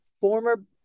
former